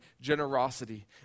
generosity